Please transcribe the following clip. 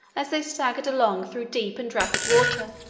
as they staggered along through deep and rapid water,